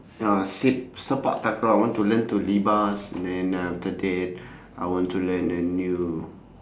ya sep~ sepak takraw I want to learn to libas and then after that I want to learn a new